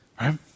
right